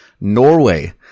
Norway